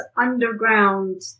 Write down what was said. underground